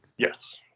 yes